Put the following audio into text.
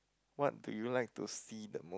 what do you like to see the most